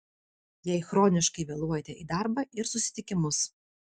jei chroniškai vėluojate į darbą ir susitikimus